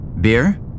Beer